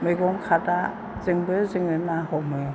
मैगं खादाजोंबो जोङो ना हमो